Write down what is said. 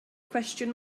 cwestiwn